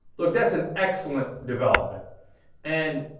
like that's an excellent development and